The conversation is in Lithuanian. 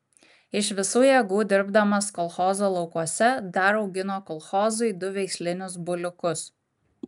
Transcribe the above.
iš visų jėgų dirbdamas kolchozo laukuose dar augino kolchozui du veislinius buliukus